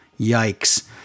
Yikes